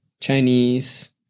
Chinese